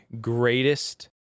greatest